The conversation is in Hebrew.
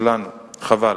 שלנו, חבל.